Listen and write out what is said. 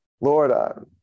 Lord